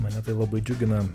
mane tai labai džiugina